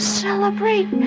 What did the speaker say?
celebrate